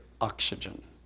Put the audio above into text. oxygen